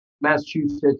Massachusetts